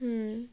হুম